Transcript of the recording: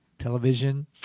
Television